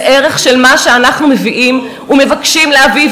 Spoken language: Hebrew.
זה ערך של מה שאנחנו מביאים ומבקשים להביא,